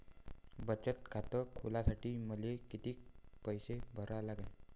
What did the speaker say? बचत खात खोलासाठी मले किती पैसे भरा लागन?